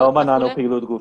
לא מנענו פעילות גופנית.